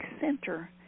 center